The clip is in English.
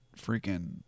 freaking